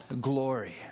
glory